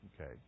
Okay